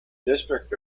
district